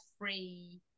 free